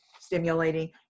stimulating